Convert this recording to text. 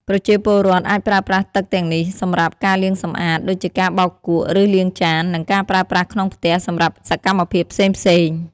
ប្រជាពលរដ្ឋអាចប្រើប្រាស់ទឹកទាំងនេះសម្រាប់ ការលាងសម្អាត ដូចជាការបោកគក់ ឬលាងចាន និងការប្រើប្រាស់ក្នុងផ្ទះ សម្រាប់សកម្មភាពផ្សេងៗ។